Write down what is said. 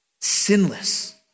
sinless